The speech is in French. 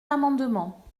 l’amendement